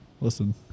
Listen